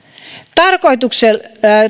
tarkoituksella